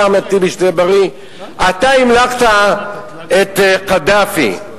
אתה, אחמד טיבי, שתהיה בריא, אתה המלכת את קדאפי.